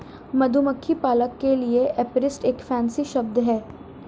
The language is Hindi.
मधुमक्खी पालक के लिए एपीरिस्ट एक फैंसी शब्द है